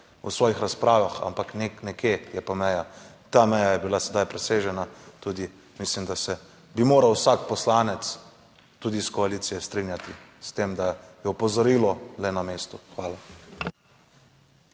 v svojih razpravah, ampak nekje je pa meja, ta meja je bila sedaj presežena. Tudi mislim, da se bi moral vsak poslanec, tudi iz koalicije, strinjati s tem, da je opozorilo le na mestu. Hvala.